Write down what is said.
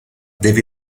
deve